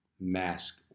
mask